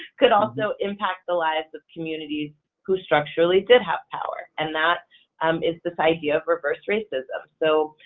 could also impact the lives of communities who structurally did have power, and that um is this idea of reverse racism. so,